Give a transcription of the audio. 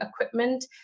equipment